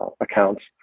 accounts